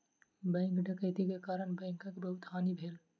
bank डकैती के कारण बैंकक बहुत हानि भेल